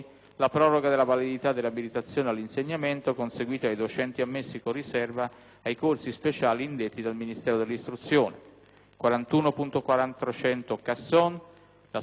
41.400, recante la soppressione della proroga, anche per gli anni successivi al 2008, del divieto per le pubbliche amministrazioni di estensione del giudicato;